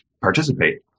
participate